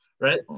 right